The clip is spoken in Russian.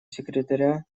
секретаря